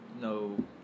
no